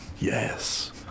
yes